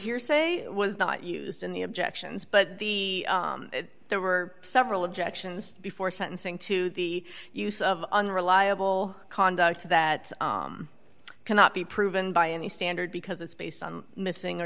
hearsay was not used in the objections but the there were several objections before sentencing to the use of unreliable conduct that cannot be proven by any standard because it's based on missing or